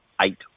eight